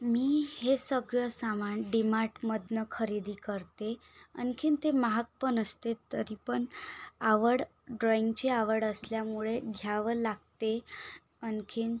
मी हे सगळं सामान डी मार्टमधनं खरेदी करते आणखी ते महागपण असते तरीपण आवड ड्रॉइंगची आवड असल्यामुळे घ्यावं लागते आणखी